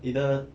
either